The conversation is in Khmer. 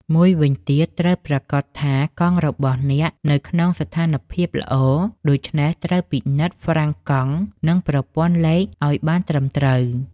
មួយវិញទៀត ត្រូវប្រាកដថាកង់របស់អ្នកនៅក្នុងស្ថានភាពល្អ ដូច្នេះត្រូវពិនិត្យហ្វ្រាំងកង់ និងប្រព័ន្ធប្ដូរលេខឲ្យបានត្រឹមត្រូវ។